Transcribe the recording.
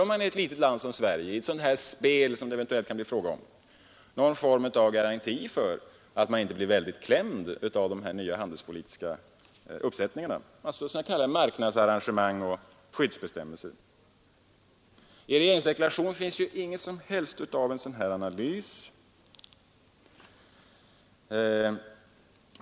Ett litet land som Sverige behöver, i ett sådant spel som det eventuellt kan bli fråga om, någon form av garanti för att inte hårt klämmas av de nya handelspolitiska reglerna, i vad alltså gäller marknadsarrangemang och skyddsbestämmelser. I regeringsdeklarationen finns ingenting av en sådan analys.